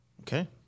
Okay